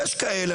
יש כאלה,